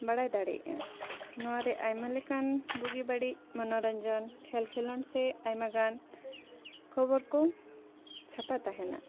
ᱵᱟᱲᱟᱭ ᱫᱟᱲᱮᱭᱟᱜᱼᱟ ᱱᱚᱣᱟᱨᱮ ᱟᱭᱢᱟ ᱞᱮᱠᱟᱱ ᱵᱩᱜᱤ ᱵᱟᱹᱲᱤᱡ ᱢᱚᱱᱚᱨᱚᱧᱡᱚᱱ ᱠᱷᱮᱞ ᱠᱷᱮᱞᱳᱰ ᱥᱮ ᱟᱭᱢᱟᱜᱟᱱ ᱠᱷᱚᱵᱚᱨ ᱠᱚ ᱪᱷᱟᱯᱟᱭ ᱛᱟᱦᱮᱱᱟ